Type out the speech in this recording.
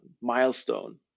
milestone